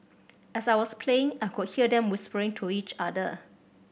as I was playing I could hear them whispering to each other